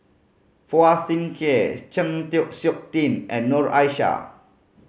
Phua Thin Kiay Chng Seok Tin and Noor Aishah